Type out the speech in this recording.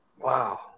Wow